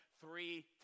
three